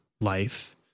life